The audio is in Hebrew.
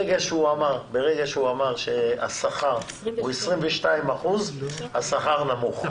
ברגע שהוא אמר שהשכר הוא 22 אחוזים, השכר נמוך.